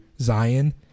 Zion